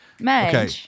Okay